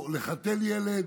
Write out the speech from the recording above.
או לחתל ילד,